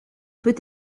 peut